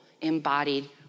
embodied